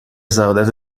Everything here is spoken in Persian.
سعادت